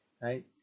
right